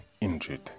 injured